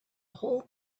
whole